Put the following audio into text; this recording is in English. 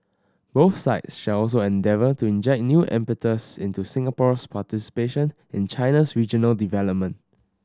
both sides shall also endeavour to inject new impetus into Singapore's participation in China's regional development